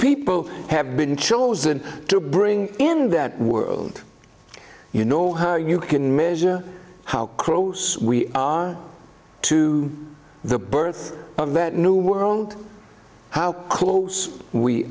people have been chosen to bring in that world you know how you can measure how close we are to the birth of that new world how close we